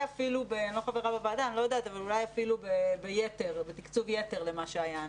ואני לא חברה בוועדה אבל אולי אפילו בתקצוב-יתר לעומת מה שהיה,